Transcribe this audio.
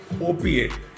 opiate